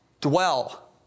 dwell